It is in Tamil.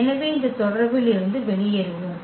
எனவே இந்த தொடர்பில் இருந்து வெளியேறுவோம்